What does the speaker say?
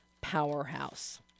powerhouse